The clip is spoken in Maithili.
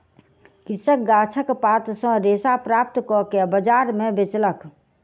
कृषक गाछक पात सॅ रेशा प्राप्त कअ के बजार में बेचलक